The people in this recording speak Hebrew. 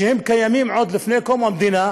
שקיימים עוד לפני קום המדינה,